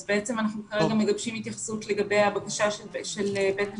אז בעצם אנחנו כרגע מגבשים התייחסות לגבי הבקשה של בית המשפט,